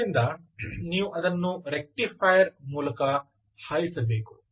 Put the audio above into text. ಆದ್ದರಿಂದ ನೀವು ಅದನ್ನು ರೆಕ್ಟಿಫೈಯರ್ ಮೂಲಕ ಹಾಯಿಸಬೇಕು